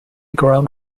ground